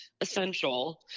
essential